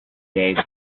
days